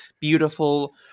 beautiful